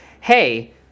Hey